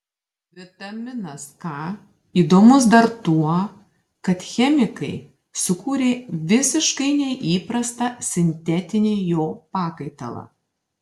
vitaminas k įdomus dar tuo kad chemikai sukūrė visiškai neįprastą sintetinį jo pakaitalą